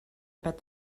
about